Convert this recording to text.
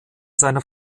seiner